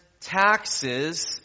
taxes